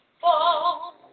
fall